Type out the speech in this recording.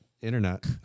internet